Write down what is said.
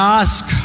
ask